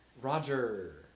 Roger